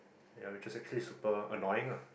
ya which is actually super annoying ah